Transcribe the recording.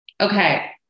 Okay